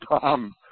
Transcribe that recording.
Tom